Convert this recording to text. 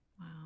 Wow